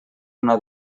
una